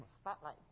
Spotlight